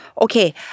Okay